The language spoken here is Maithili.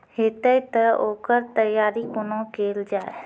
हेतै तअ ओकर तैयारी कुना केल जाय?